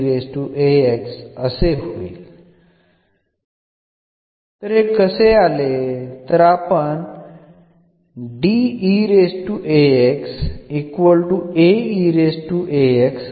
ആദ്യം നമ്മൾ വലതുവശത്ത് എന്ന പ്രത്യേക ഫംഗ്ഷൻ ആയിരിക്കുമ്പോഴുള്ളതാണ് ഡിറൈവ് ചെയ്യുന്നത്